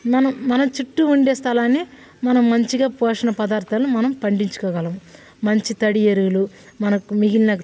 మనం మన చుట్టూ ఉండే స్థలాన్ని మనం మంచిగా పోషణ పదార్ధాలనే మనం పండించుకోగలం మంచి తడి ఎరువులు మనకు మిగిలిన